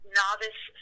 novice